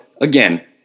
again